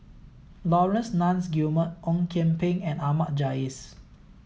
Laurence Nunns Guillemard Ong Kian Peng and Ahmad Jais